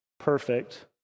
perfect